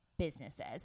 businesses